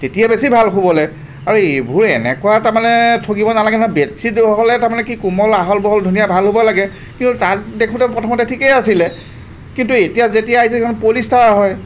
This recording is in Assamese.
তেতিয়া বেছি ভাল শুবলৈ আৰু এইবোৰ এনেকুৱা তাৰমানে ঠগিব নালাগে নহয় বেডচিট হ'লে মানে কোমল আহল বহল ধুনীয়া হ'ব লাগে কিয়নো তাত দেখোঁতে প্ৰথমতে ঠিকেই আছিলে কিন্তু এতিয়া যেতিয়া আহিছে এইখন পলিষ্টাৰৰ হয়